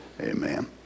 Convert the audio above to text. Amen